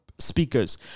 speakers